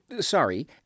sorry